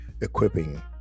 equipping